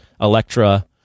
electra